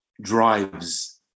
drives